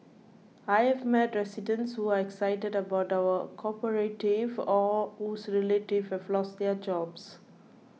I've met residents who are excited about our cooperative or whose relatives have lost their jobs